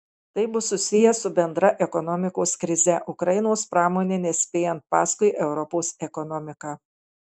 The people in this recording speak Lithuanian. tai bus susiję su bendra ekonomikos krize ukrainos pramonei nespėjant paskui europos ekonomiką